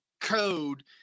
code